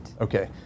Okay